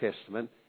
Testament